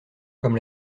comme